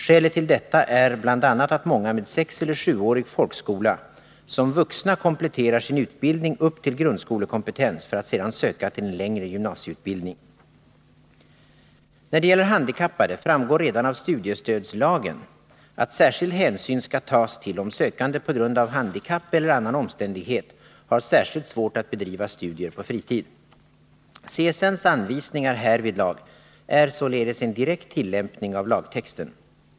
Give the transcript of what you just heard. Skälet till detta är bl.a. att många med sexeller sjuårig folkskola som vuxna kompletterar sin utbildning upp till grundskolekompetens för att sedan söka till en längre gymnasieutbildning. När det gäller handikappade framgår redan av studiestödslagen , 7 kap. 11 §, att särskild hänsyn skall tas till om sökande på grund av handikapp eller annan omständighet har särskilt svårt att bedriva studier på fritid. CSN:s anvisningar härvidlag är således en direkt tillämpning av lagtexten.